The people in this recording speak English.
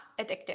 addictive